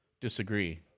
disagree